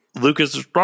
Lucas